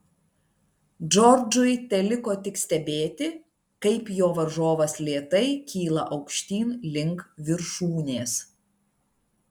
džordžui teliko tik stebėti kaip jo varžovas lėtai kyla aukštyn link viršūnės